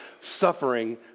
suffering